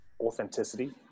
authenticity